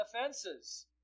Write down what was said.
offenses